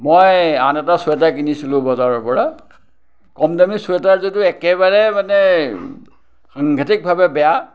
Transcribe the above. মই আন এটা চুৱেটাৰ কিনিছিলোঁ বজাৰৰ পৰা কমদামী চুৱেটাৰ যদিও একেবাৰে মানে সাংঘাতিকভাৱে বেয়া